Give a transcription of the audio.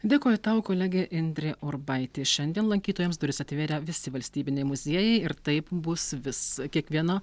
dėkoju tau kolegė indrė urbaitė šiandien lankytojams duris atverė visi valstybiniai muziejai ir taip bus vis kiekvieno